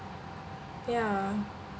yeah